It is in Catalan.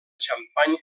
xampany